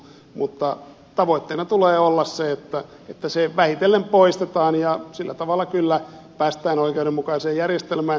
mutta tavoitteena tulee olla että se vähitellen poistetaan ja sillä tavalla kyllä päästään oikeudenmukaiseen järjestelmään